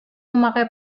memakai